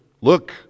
look